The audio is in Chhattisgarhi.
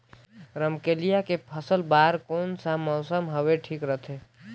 रमकेलिया के फसल बार कोन सा मौसम हवे ठीक रथे?